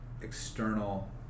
external